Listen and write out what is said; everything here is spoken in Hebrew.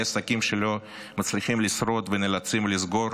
בעלי עסקים שלא מצליחים לשרוד ונאלצים לסגור